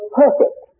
perfect